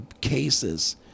cases